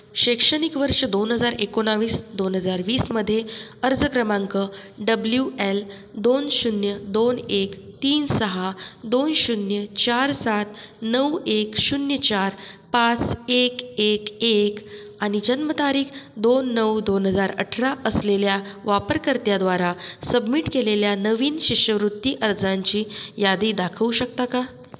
शैक्षणिक वर्ष दोन हजार एकोणावीस दोन हजार वीसमध्ये अर्ज क्रमांक डब्लू एल दोन शून्य दोन एक तीन सहा दोन शून्य चार सात नऊ एक शून्य चार पाच एक एक एक आणि जन्मतारीख दोन नऊ दोन हजार अठरा असलेल्या वापरकर्त्याद्वारा सबमिट केलेल्या नवीन शिष्यवृत्ती अर्जांची यादी दाखवू शकता का